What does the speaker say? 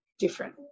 Different